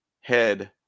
head